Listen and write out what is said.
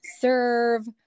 serve